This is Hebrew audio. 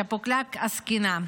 שפוקלאק הזקנה.